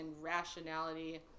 rationality